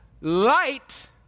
light